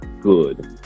good